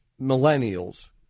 millennials